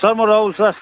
sir म Rahul sir